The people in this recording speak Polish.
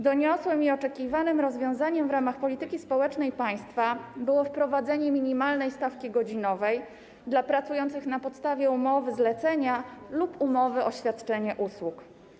Doniosłym i oczekiwanym rozwiązaniem w ramach polityki społecznej państwa było wprowadzenie minimalnej stawki godzinowej dla pracujących na podstawie umowy zlecenia lub umowy o świadczenie usług.